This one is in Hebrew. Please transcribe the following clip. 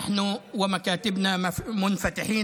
אנו ומשרדינו פתוחים